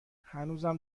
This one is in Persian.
هنوزم